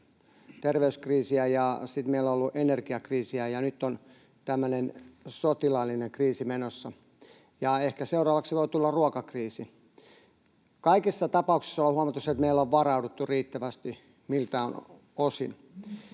terveyskriisiä ja sitten meillä on ollut energiakriisiä ja nyt on tämmöinen sotilaallinen kriisi menossa, ja ehkä seuraavaksi voi tulla ruokakriisi. Kaikissa tapauksissa ollaan huomattu se, että me ei olla varauduttu riittävästi miltään osin.